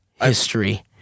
history